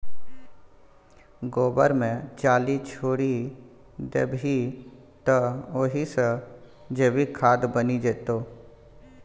गोबर मे चाली छोरि देबही तए ओहि सँ जैविक खाद बनि जेतौ